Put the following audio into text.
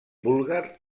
búlgar